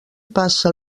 passa